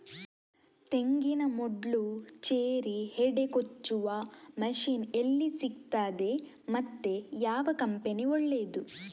ತೆಂಗಿನ ಮೊಡ್ಲು, ಚೇರಿ, ಹೆಡೆ ಕೊಚ್ಚುವ ಮಷೀನ್ ಎಲ್ಲಿ ಸಿಕ್ತಾದೆ ಮತ್ತೆ ಯಾವ ಕಂಪನಿ ಒಳ್ಳೆದು?